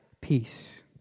peace